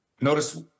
Notice